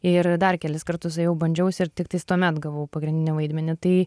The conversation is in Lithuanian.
ir dar kelis kartus ėjau bandžiausi ir tiktais tuomet gavau pagrindinį vaidmenį tai